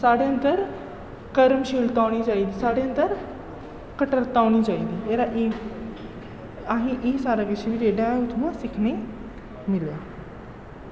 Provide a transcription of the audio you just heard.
साढ़े अंदर कर्मशीलता होनी चाहिदी साढ़े अंदर कट्टरता होनी चाहिदी एह्दा एह् असें गी एह् सारा किश जेह्ड़ा ऐ उत्थुआं सिक्खने गी मिलेआ